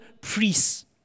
priests